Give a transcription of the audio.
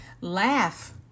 laugh